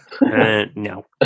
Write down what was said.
No